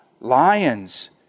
lions